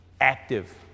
active